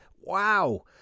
Wow